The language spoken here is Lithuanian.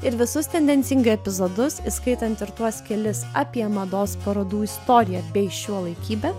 ir visus tendencingai epizodus įskaitant ir tuos kelis apie mados parodų istoriją bei šiuolaikybę